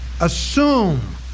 assume